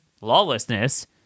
lawlessness